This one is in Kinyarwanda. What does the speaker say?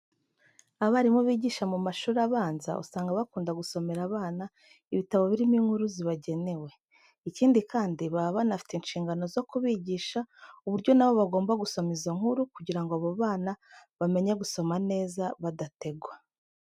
Abarimu bigisha mu mashuri abanza, usanga bakunda gusomera abana ibitabo birimo inkuru zibagenewe. Ikindi kandi, baba banafite inshingano zo kubigisha uburyo na bo bagomba gusoma izo nkuru kugira ngo abo bana bamenye gusoma neza badategwa.